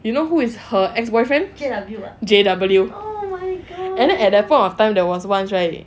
you know who is her ex boyfriend J_W and then at that point of time there was once right